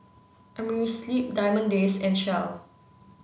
Amerisleep Diamond Days and Shell